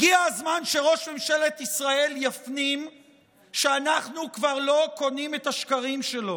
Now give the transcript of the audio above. הגיע הזמן שראש ממשלת ישראל יפנים שאנחנו כבר לא קונים את השקרים שלו,